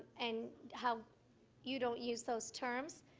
and how you don't use those terms,